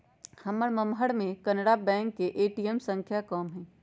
महम्मर शहर में कनारा बैंक के ए.टी.एम संख्या में कम हई